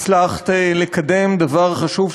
הצלחת לקדם דבר חשוב,